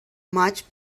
much